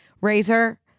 Razor